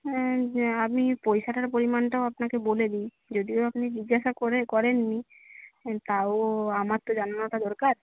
হ্যাঁ আমি পয়সাটার পরিমাণটাও আপনাকে বলে দিই যদিও আপনি জিজ্ঞাসা করেননি তাও আমার তো জানানোটা দরকার